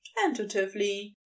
tentatively